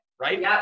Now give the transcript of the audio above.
right